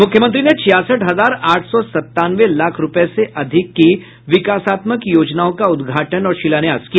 मुख्यमंत्री ने छियासठ हजार आठ सौ सत्तानवे लाख रुपये से अधिक की विकासात्मक योजनाओं का उद्घाटन और शिलान्यास किया